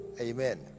amen